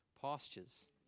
pastures